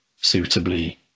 suitably